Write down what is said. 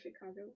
Chicago